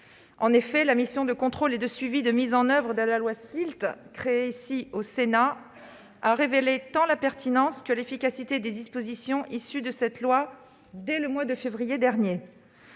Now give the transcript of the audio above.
En effet, la mission de contrôle et de suivi de mise en oeuvre de la loi SILT créée ici au Sénat a révélé tant la pertinence que l'efficacité des dispositions issues de cette loi dès le mois de février dernier.